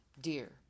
dear